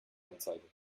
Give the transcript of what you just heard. anzeigen